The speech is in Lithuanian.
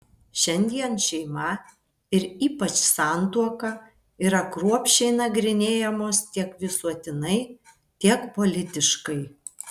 šiandien šeima ir ypač santuoka yra kruopščiai nagrinėjamos tiek visuotinai tiek politiškai